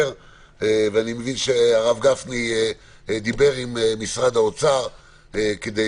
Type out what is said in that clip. מבין שהרב גפני דיבר עם משרד האוצר כדי